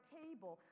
table